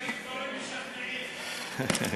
לפחות תגיד דברים משכנעים, מה רע?